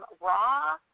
raw